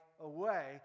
away